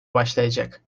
başlayacak